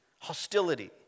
Hostility